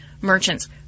merchants